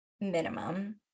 minimum